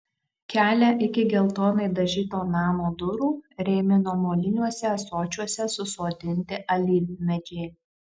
kelią iki geltonai dažyto namo durų rėmino moliniuose ąsočiuose susodinti alyvmedžiai